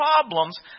problems